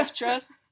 trust